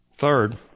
Third